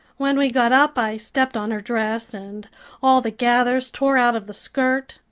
when we got up i stepped on her dress and all the gathers tore out of the skirt.